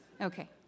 Okay